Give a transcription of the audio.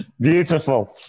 Beautiful